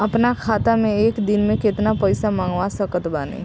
अपना खाता मे एक दिन मे केतना पईसा मँगवा सकत बानी?